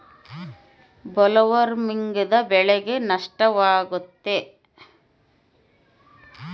ಬೊಲ್ವರ್ಮ್ನಿಂದ ಬೆಳೆಗೆ ನಷ್ಟವಾಗುತ್ತ?